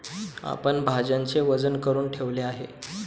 आपण भाज्यांचे वजन करुन ठेवले आहे